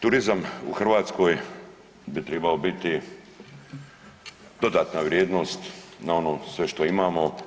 Turizam u Hrvatskoj bi tribao biti dodatna vrijednost na ono sve što imamo.